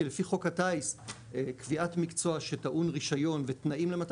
לפי חוק הטיס קביעת מקצוע שטעון רישיון ותנאים למתן